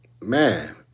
man